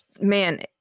man